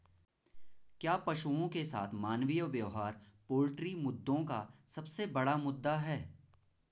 क्या पशुओं के साथ मानवीय व्यवहार पोल्ट्री मुद्दों का सबसे बड़ा मुद्दा है?